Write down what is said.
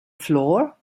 floor